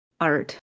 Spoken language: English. art